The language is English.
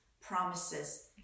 promises